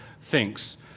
thinks